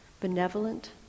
benevolent